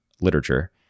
literature